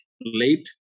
late